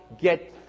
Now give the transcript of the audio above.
get